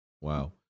Wow